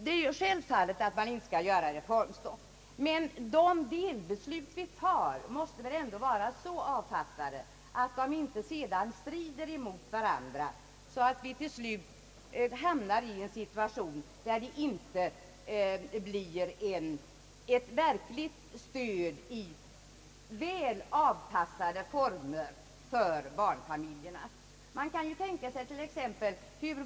Det är självfallet att man inte skall ha reformstopp, men de delbeslut vi fattar måste väl ändå vara så avpassade att de inte strider mot varandra, så att de sammantagna inte blir ett verkligt stöd i väl avpassade former för barnfamiljerna.